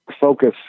focus